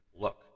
look